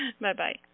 Bye-bye